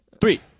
Three